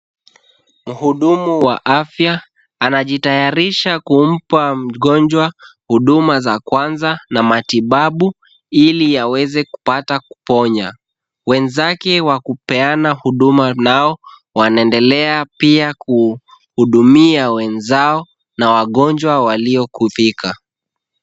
Muhudumu wa afya anajitayarisha kumpa mgonjwa huduma za kwanza na matibabu ili aweze kupata kupona. Wenzake wa kupeana huduma nao, wanaendelea pia kuhudumia wenzao na wagonjwa waliokufika.